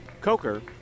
Coker